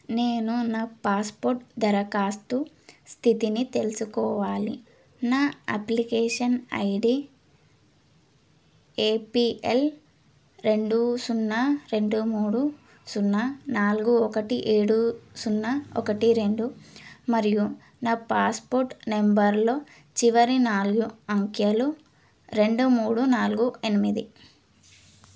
నేను నా పాస్పోర్ట్ దరఖాస్తు స్థితిని తెలుసుకోవాలి నా అప్లికేషన్ ఐడీ ఏపీఎల్ రెండు సున్నా రెండు మూడు సున్నా నాలుగు ఒకటి ఏడు సున్నా ఒకటి రెండు మరియు నా పాస్పోర్ట్ నెంబర్లో చివరి నాలుగు అంకెలు రెండు మూడు నాలుగు ఎనిమిది